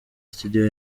studio